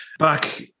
Back